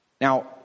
Now